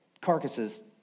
carcasses